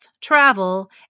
travel